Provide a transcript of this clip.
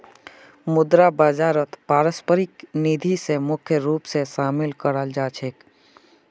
मुद्रा बाजारत पारस्परिक निधि स मुख्य रूप स शामिल कराल जा छेक